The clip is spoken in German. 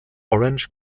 orange